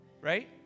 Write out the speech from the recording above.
right